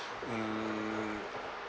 mm